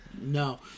No